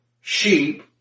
sheep